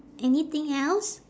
anything else